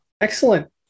Excellent